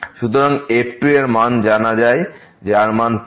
সুতরাং এখানে fএর মান জানা যার মান 5